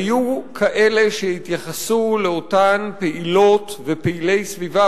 היו כאלה שהתייחסו לאותם פעילות ופעילי סביבה,